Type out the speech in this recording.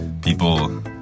people